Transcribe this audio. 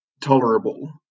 tolerable